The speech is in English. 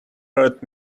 hurt